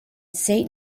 saint